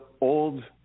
old